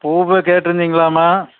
பூ கேட்டுருந்தீங்களாமா